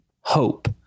hope